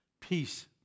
peace